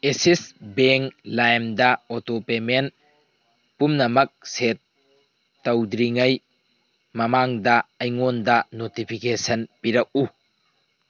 assist ꯕꯦꯡ ꯂꯥꯏꯝꯗ auto payment ꯄꯨꯝꯅꯃꯛ ꯁꯦꯠ ꯇꯧꯗ꯭ꯔꯤꯉꯩ ꯃꯃꯥꯡꯗ ꯑꯩꯉꯣꯟꯗ ꯅꯣꯇꯤꯐꯤꯀꯦꯁꯟ ꯄꯤꯔꯛꯎ